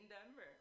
Denver